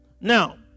Now